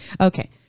Okay